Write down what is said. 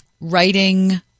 writing